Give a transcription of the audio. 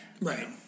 Right